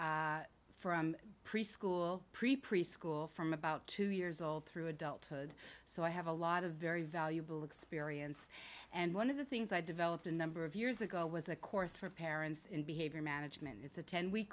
and from preschool pre print school from about two years old through adulthood so i have a lot of very valuable experience and one of the things i developed a number of years ago was a course for parents in behavior management it's a ten week